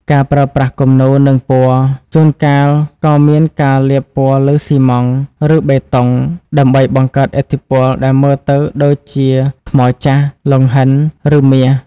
ការប្រើប្រាស់គំនូរ និងពណ៌ ជួនកាលក៏មានការលាបពណ៌លើស៊ីម៉ង់ត៍ ឬបេតុង ដើម្បីបង្កើតឥទ្ធិពលដែលមើលទៅដូចជាថ្មចាស់ លង្ហិន ឬមាស។